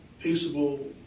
peaceable